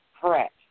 Correct